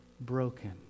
broken